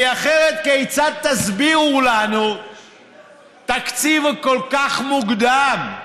כי אחרת כיצד תסבירו לנו תקציב כל כך מוקדם?